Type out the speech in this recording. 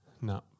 No